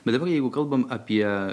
bet dabar jeigu kalbam apie